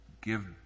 give